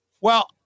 Well-